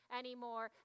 anymore